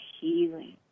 healing